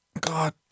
God